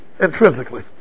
Intrinsically